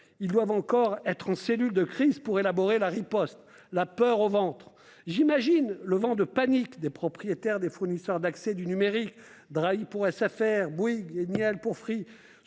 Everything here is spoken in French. Ils doivent encore être en cellule de crise pour élaborer la riposte, la peur au ventre ... J'imagine le vent de panique des propriétaires des fournisseurs d'accès du numérique- Patrick Drahi chez SFR, Martin Bouygues et Xavier Niel